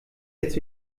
jetzt